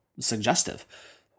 suggestive